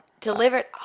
Delivered